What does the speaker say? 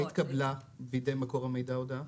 אולי התקבלה בידי מקור המידע הודעה?